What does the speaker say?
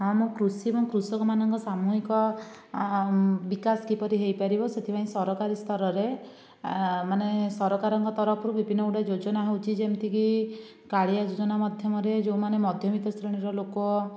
ହଁ ମୁଁ କୃଷି ଏବଂ କୃଷକମାନଙ୍କ ସାମୂହିକ ବିକାଶ କିପରି ହେଇପାରିବ ସେଥିପାଇଁ ସରକାରୀ ସ୍ତରରେ ମାନେ ସରକାରଙ୍କ ତରଫରୁ ବିଭିନ୍ନ ଗୁଡ଼ିଏ ଯୋଜନା ହେଉଛି ଯେମିତିକି କାଳିଆ ଯୋଜନା ମାଧ୍ୟମରେ ଯେଉଁମାନେ ମଧ୍ୟବିତ୍ତ ଶ୍ରେଣୀର ଲୋକ